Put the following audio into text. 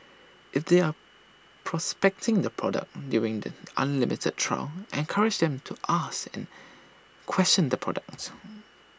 if they are prospecting the product during the unlimited trial encourage them to ask and question the product